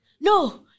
No